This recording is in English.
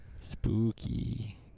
Spooky